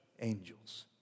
angels